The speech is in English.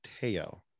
Teo